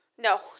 No